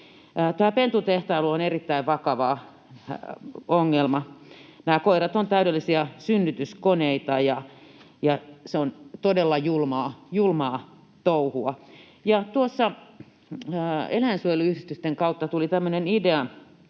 pentutehtailu on erittäin vakava ongelma. Nämä koirat ovat täydellisiä synnytyskoneita, ja se on todella julmaa touhua. Tuossa eläinsuojeluyhdistysten kautta tuli tämmöinen idea,